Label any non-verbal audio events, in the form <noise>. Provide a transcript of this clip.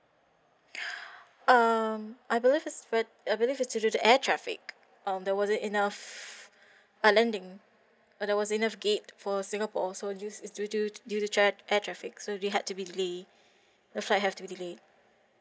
<breath> um I believe is with I believe is due to the air traffic um there wasn't enough uh landing uh there wasn't enough gate for singapore so due is due to air traffic so they had to delay the flight have to be delay